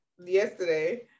Yesterday